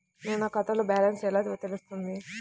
నా ఖాతాలో బ్యాలెన్స్ ఎలా తెలుస్తుంది?